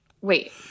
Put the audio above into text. wait